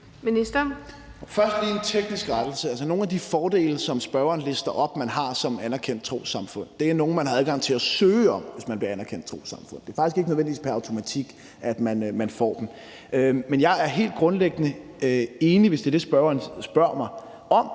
jeg lige en teknisk rettelse: Altså, nogle af de fordele, som spørgeren lister op, som man har som anerkendt trossamfund, er nogle, man har adgang til at søge om, hvis man bliver anerkendt trossamfund. Det er faktisk ikke nødvendigvis pr. automatik, at man får dem. Men jeg er helt grundlæggende enig i – hvis det er det, spørgeren spørger mig om